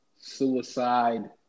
suicide